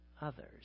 others